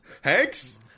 Hanks